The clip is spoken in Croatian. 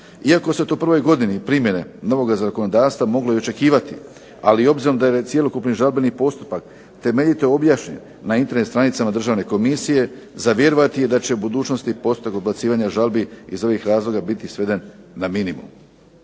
Iako se to u prvoj godini primjene novoga zakonodavstva moglo i očekivati, ali obzirom da je već cjelokupni žalbeni postupak temeljito je objašnjen na internet stranicama Državne komisije za vjerovati je da će u budućnosti postupak odbacivanja žalbi iz ovih razloga biti sveden na minimum.